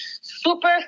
super